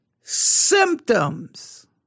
symptoms